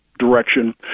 direction